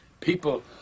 People